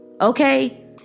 Okay